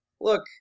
look